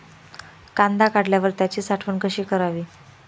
कांदा काढल्यावर त्याची साठवण कशी करावी?